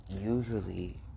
usually